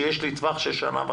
כשיש לי טווח של שנה.